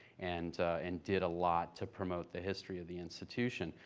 and and did a lot to promote the history of the institution.